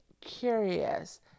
curious